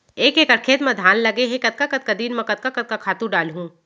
एक एकड़ खेत म धान लगे हे कतका कतका दिन म कतका कतका खातू डालहुँ?